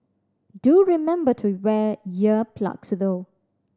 do remember to wear ear plugs though